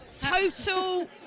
total